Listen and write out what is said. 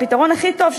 הפתרון הכי טוב,